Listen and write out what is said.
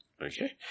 Okay